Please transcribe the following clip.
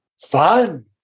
fun